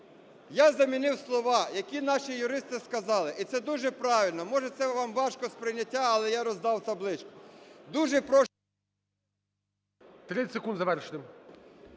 я замінив слова, які наші юристи сказали, і це дуже правильно. Може, це вам важко сприйняття, але я роздав табличку. Дуже прошу… ГОЛОВУЮЧИЙ. 30 секунд. Завершуйте.